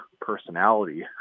personality